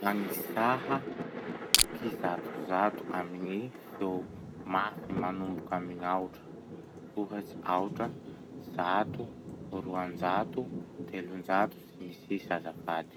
Mangisàha kizatozato amy gny feo mafy manomboky amy gn'aotra. Ohatsy: aotra, zato, roanjato, telonjato, sy ny sisa azafady.